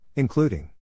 Including